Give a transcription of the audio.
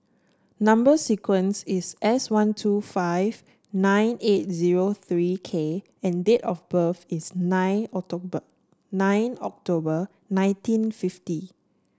number sequence is S one two five nine eight zero three K and date of birth is nine October nine October nineteen fifty